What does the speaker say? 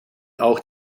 auch